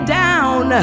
down